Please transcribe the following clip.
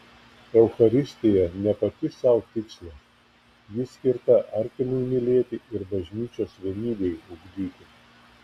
eucharistija ne pati sau tikslas ji skirta artimui mylėti ir bažnyčios vienybei ugdyti